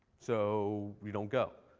so we don't go.